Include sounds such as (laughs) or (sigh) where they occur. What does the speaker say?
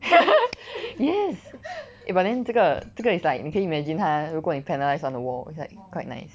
(laughs) yes eh but then 这个这个 is like can you imagine 它如果你 panelize on the wall it's like quite nice